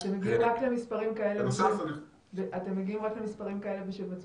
ויש הרבה מאוד החלטות שבמסגרתן סנגורים ורשויות כאלה ואחרות